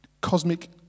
cosmic